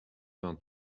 vingt